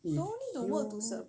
if you